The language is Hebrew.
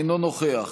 אינו נוכח